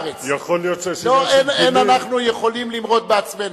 אין אנחנו יכולים למרוד בעצמנו.